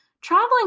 traveling